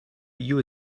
you